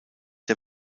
der